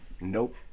Nope